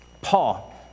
Paul